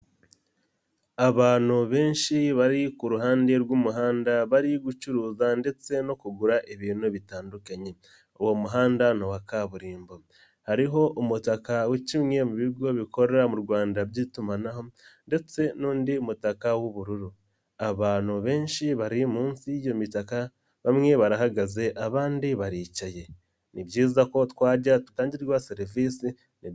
Abantu benshi bari ku ruhande rw'umuhanda bari gucuruza ndetse no kugura ibintu bitandukanye, uwo muhanda nowa kaburimbo, hariho umutaka wa kimwe mu bigo bikorera mu Rwanda by'itumanaho ndetse n'undi mutaka w'ubururu, abantu benshi bari munsi y'iyo mitaka bamwe barahagaze abandi baricaye, ni byiza ko twajya dutangirwa serivisi.